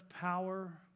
power